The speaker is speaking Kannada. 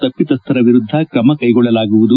ತಪ್ಪಿತಸ್ಥರ ವಿರುದ್ದ ಕ್ರಮ ಕೈಗೊಳ್ಳಲಾಗುವುದು